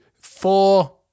four